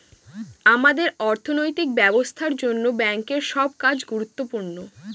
আমাদের অর্থনৈতিক ব্যবস্থার জন্য ব্যাঙ্কের সব কাজ গুরুত্বপূর্ণ